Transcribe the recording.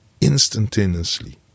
instantaneously